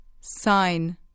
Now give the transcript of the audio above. Sign